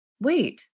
Wait